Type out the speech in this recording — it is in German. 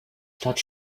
stadt